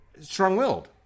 strong-willed